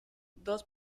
dos